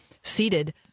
seated